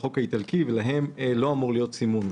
החוק האיטלקי ולהן לא אמור להיות סימון.